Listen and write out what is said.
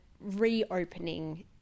reopening